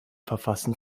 verfassen